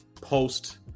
post